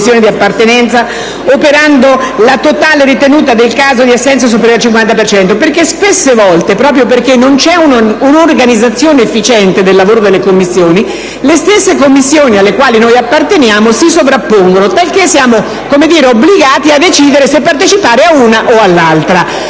di appartenenza, operando la totale ritenuta nel caso di assenze superiori al 50 per cento». Spesse volte, infatti, proprio perché non c'è un'organizzazione efficiente del lavoro delle Commissioni, le stesse Commissioni alle quali noi apparteniamo si sovrappongano, talché siamo obbligati a decidere se partecipare a una o ad un'altra.